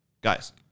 guys